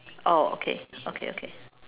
oh okay okay okay